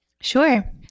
Sure